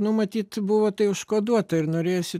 nu matyt buvo tai užkoduota ir norėjosi